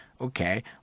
Okay